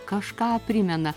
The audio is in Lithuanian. kažką primena